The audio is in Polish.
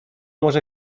może